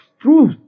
truth